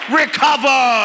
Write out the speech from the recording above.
recover